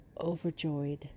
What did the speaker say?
overjoyed